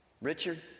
Richard